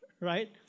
right